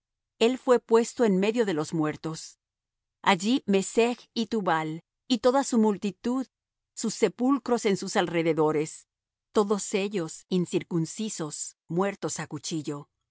él fué puesto en medio de los muertos allí mesech y tubal y toda su multitud sus sepulcros en sus alrededores todos ellos incircuncisos muertos á cuchillo